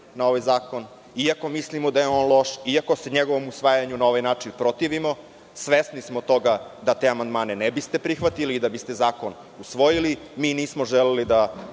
na ovaj zakon, iako mislimo da je on loš, iako se njegovom usvajanju na ovaj način protivimo. Svesni smo toga da te amandmane ne biste prihvatili i da biste zakon usvojili. Mi nismo želeli da